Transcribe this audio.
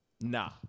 Nah